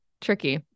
tricky